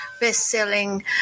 best-selling